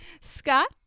Scott